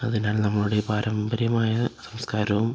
അതിനാണ് നമ്മുടെ പാരമ്പര്യമായ സംസ്കാരവും